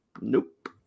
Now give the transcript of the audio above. nope